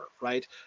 right